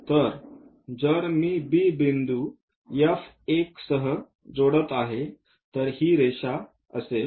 तर जर मी B बिंदू F1 सह जोडत आहे तर ही रेषा असेल